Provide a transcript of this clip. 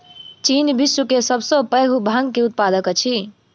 चीन विश्व के सब सॅ पैघ भांग के उत्पादक अछि